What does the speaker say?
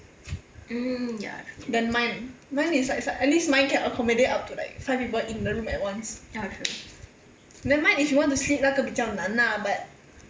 then mine mine is like s~ at least mine can accommodate up to like five people in the room at once never mind if you want to sleep 那个比较难 ah but